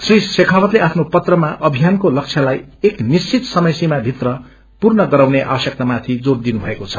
श्री शेखावतले आफ्नो पत्रमा अभियानको लक्ष्यलाई एक निश्चित समयसीमा भित्र पूर्ण गराउने आवश्यकता माथि जोर दिनुभएको छ